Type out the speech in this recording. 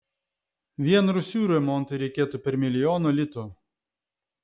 vien rūsių remontui reikėtų per milijono litų